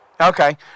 Okay